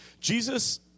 Jesus